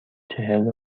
چهل